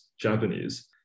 Japanese